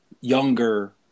younger